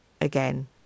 again